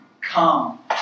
Come